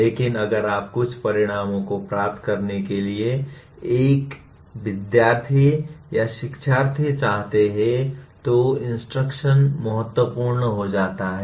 लेकिन अगर आप कुछ परिणामों को प्राप्त करने के लिए एक छात्र या शिक्षार्थी चाहते हैं तो इंस्ट्रक्शन महत्वपूर्ण हो जाता है